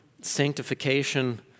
sanctification